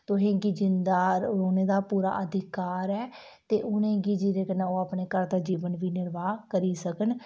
तुसेंगी जींदा रौह्ने दा पूरा अधिकार ऐ ते उनेंगी जेह्दे कन्नै ओह् अपने घर दा जीवन बी निर्वाह बी करी सकन